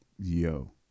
yo